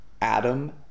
Adam